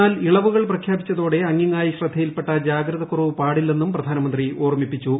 എന്നാൽ ഇളവുകൾ പ്രഖ്യാപിച്ചതോടെ അങ്ങിങ്ങായി ശ്രദ്ധയിൽപ്പെട്ട ജാഗ്രതക്കുറവ് പാടില്ലെന്നും പ്രധാനമന്ത്രി ഓർമ്മിപ്പിച്ചു